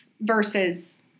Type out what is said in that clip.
versus